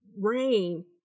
rain